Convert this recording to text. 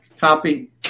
copy